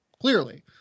clearly